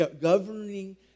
governing